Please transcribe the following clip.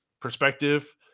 perspective